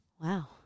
Wow